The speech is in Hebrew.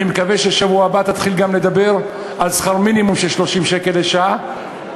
אני מקווה שבשבוע הבא תתחיל גם לדבר על שכר מינימום של 30 שקלים לשעה.